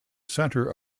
centre